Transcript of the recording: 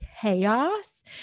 chaos